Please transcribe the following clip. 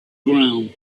ground